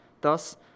Thus